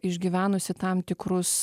išgyvenusi tam tikrus